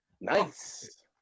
Nice